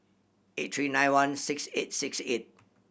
eight three nine one six eight six eight